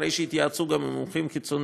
אחרי שהתייעצו גם עם מומחים חיצוניים,